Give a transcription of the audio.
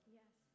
yes